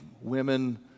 women